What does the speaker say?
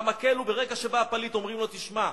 והגזר, ברגע שבא הפליט אומרים לו: תשמע,